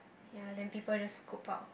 ya then people just scoop up